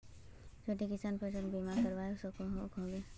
छोटो किसान फसल बीमा करवा सकोहो होबे?